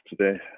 today